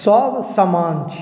सब समान छी